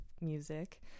music